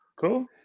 Cool